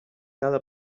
cada